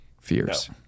fears